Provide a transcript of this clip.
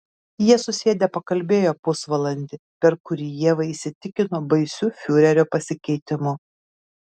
jie susėdę pakalbėjo pusvalandį per kurį ieva įsitikino baisiu fiurerio pasikeitimu